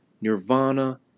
nirvana